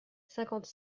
cinquante